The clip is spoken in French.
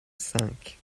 cinq